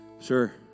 Sure